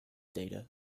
data